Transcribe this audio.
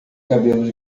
cabelos